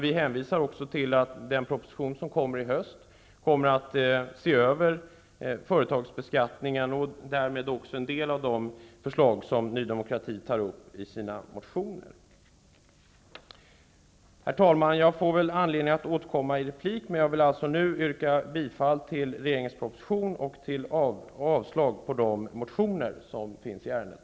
Vi hänvisar också till att man i den proposition som kommer i höst kommer med en översyn av företagsbeskattningen och därmed också av en del av de förslag som Ny demokrati tar upp i sina motioner. Herr talman! Jag får väl anledning att återkomma i replik. Jag vill yrka bifall till utskottets hemställan att bifalla regeringens proposition och avslag på de motioner som har väckts i ärendet.